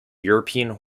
european